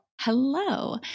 Hello